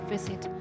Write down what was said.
Visit